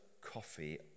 coffee